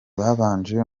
babanje